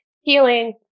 healing